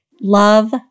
love